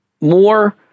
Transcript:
more